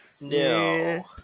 No